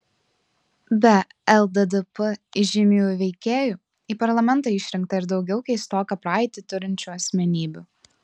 be lddp įžymiųjų veikėjų į parlamentą išrinkta ir daugiau keistoką praeitį turinčių asmenybių